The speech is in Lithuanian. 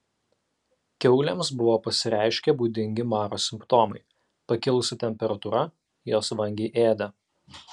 kiaulėms buvo pasireiškę būdingi maro simptomai pakilusi temperatūra jos vangiai ėdė